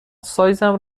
سایزم